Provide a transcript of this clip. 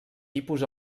tipus